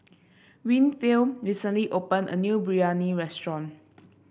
Winfield recently opened a new Biryani restaurant